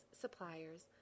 suppliers